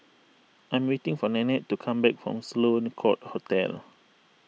I am waiting for Nannette to come back from Sloane Court Hotel